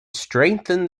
strengthen